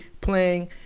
playing